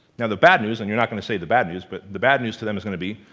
now the bad news, and you're not gonna say the bad news, but the bad news to them is gonna be,